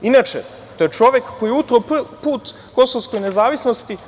Inače, to je čovek koji je utro put kosovskoj nezavisnosti.